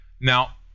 Now